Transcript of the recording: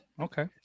Okay